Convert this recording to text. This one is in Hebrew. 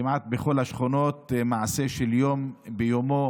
כמעט בכל השכונות מעשה של יום ביומו